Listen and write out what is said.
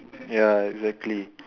ya exactly